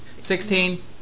Sixteen